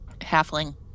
halfling